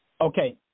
Okay